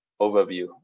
overview